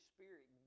Spirit